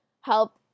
help